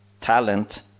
talent